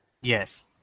Yes